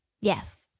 Yes